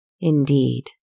Indeed